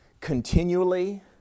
continually